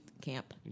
camp